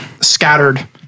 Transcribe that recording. scattered